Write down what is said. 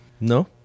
No